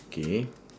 K